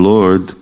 Lord